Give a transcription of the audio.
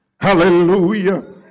hallelujah